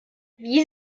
wie